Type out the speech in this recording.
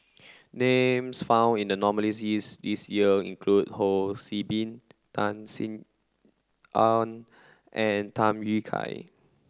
names found in the nominees' list this year include Ho See Beng Tan Sin Aun and Tham Yui Kai